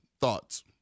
Thoughts